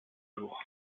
jour